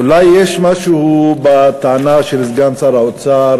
אולי יש משהו בטענה של סגן שר האוצר